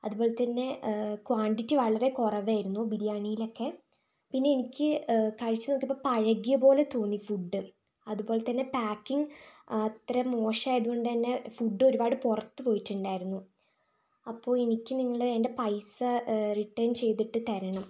അതുപോലെതന്നെ ക്വാണ്ടിറ്റി വളരേ കുറവായിരുന്നു ബിരിയാണിയിലൊക്കെ പിന്നെ എനിക്ക് കഴിച്ചു നോക്കിയപ്പം പഴകിയപോലെ തോന്നി ഫുഡ് അതുപോലെതന്നെ പാക്കിങ്ങ് അത്ര മോശമായതുകൊണ്ടുതന്നെ ഫുഡ് ഒരുപാട് പുറത്തു പോയിട്ടുണ്ടായിരുന്നു അപ്പോൾ എനിക്ക് നിങ്ങൾ എന്റെ പൈസ റിട്ടേൺ ചെയ്തിട്ട് തരണം